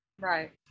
Right